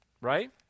right